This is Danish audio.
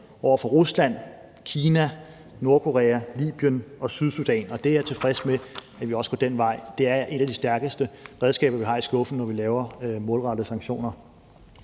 over for Rusland, Kina, Nordkorea, Libyen og Sydsudan. Og det er jeg tilfreds med, altså at vi også går den vej. Det er et af de stærkeste redskaber, vi har i skuffen, når vi laver målrettede sanktioner,